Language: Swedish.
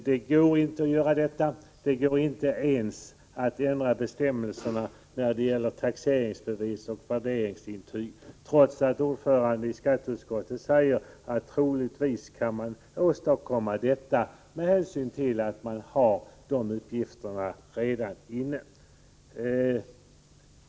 Det går inte att genomföra detta, inte ens att ändra bestämmelserna då det gäller taxeringsbevis och värderingsintyg, trots att skatteutskottets ordförande har sagt att man troligtvis kan åstadkomma detta, eftersom man redan har uppgifterna i fråga.